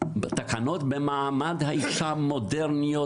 רק כי תקנות מעמד האישה שם היו מודרניות,